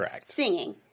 singing